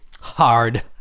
Hard